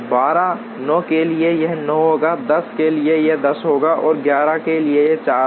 12 9 के लिए यह 9 होगा 10 के लिए यह 10 होगा और 11 के लिए यह 4 होगा